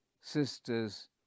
sisters